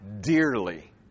dearly